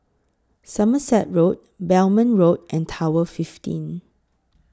Somerset Road Belmont Road and Tower fifteen